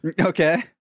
Okay